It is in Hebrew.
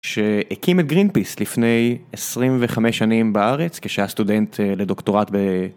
שהקים את green peace לפני 25 שנים בארץ כשהיה סטודנט לדוקטורט ב...